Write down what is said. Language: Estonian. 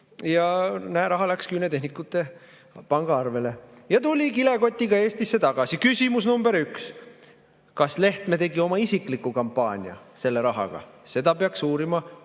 ja näe, raha läks küünetehnikute pangaarvele ja tuli kilekotiga Eestisse tagasi. Küsimus number üks. Kas Lehtme tegi oma isikliku kampaania selle rahaga? Seda peaks uurima